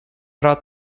рад